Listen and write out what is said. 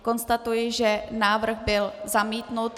Konstatuji, že návrh byl zamítnut.